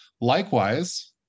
likewise